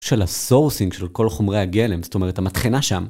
של הסורסינג של כל חומרי הגלם, זאת אומרת, המטחנה שם.